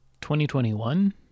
2021